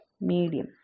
medium